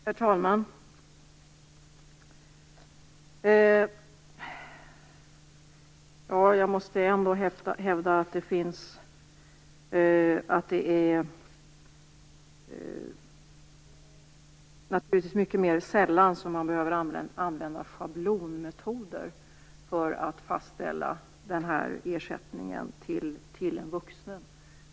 Herr talman! Jag hävdar ändå att det är mycket sällan man behöver använda schablonmetoder för att fastställa ersättningen till vuxna.